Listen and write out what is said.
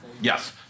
Yes